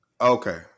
Okay